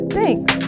Thanks